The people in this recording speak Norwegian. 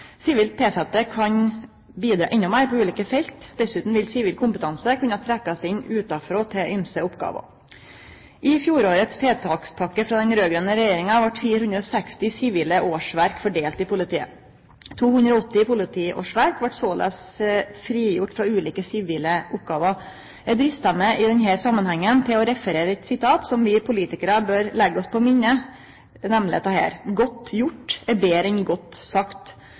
Sivilt tilsette kan bidra endå meir på ulike felt. Dessutan vil sivil kompetanse kunne trekkjast inn utanfrå til ymse oppgåver. I fjorårets tiltakspakke frå den raud-grøne regjeringa vart 460 sivile årsverk fordelte i politiet. 280 politiårsverk vart såleis frigjorte frå ulike sivile oppgåver. Eg dristar meg i denne samanhengen til å sitere noko som vi politikarar bør leggje oss på minnet, nemleg dette: «Godt gjort er betre enn godt sagt.»